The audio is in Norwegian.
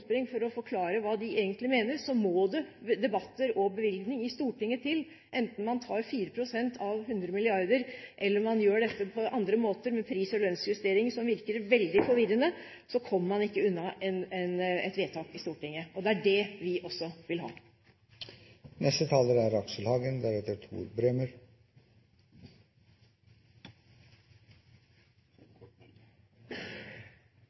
krumspring for å forklare hva de egentlig mener, må det debatter og bevilgninger til i Stortinget. Enten man tar 4 pst. av 100 mrd. kr, eller om man gjør dette på andre måter, med pris- og lønnsjustering, som virker veldig forvirrende, kommer man ikke unna et vedtak i Stortinget. Og det er det vi også vil